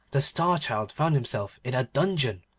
the star-child found himself in a dungeon,